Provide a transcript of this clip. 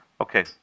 Okay